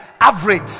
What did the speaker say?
average